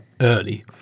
early